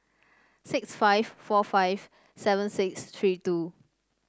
six five four five seven six three two